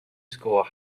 score